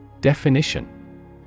Definition